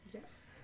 Yes